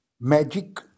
magic